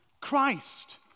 Christ